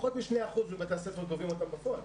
פחות מ-2% בבתי הספר גובים אותם בפועל,